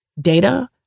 data